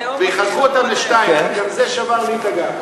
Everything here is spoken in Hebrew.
ויחתכו אותן לשתיים כי גם זה שבר לי את הגב.